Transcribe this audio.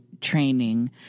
training